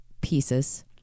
pieces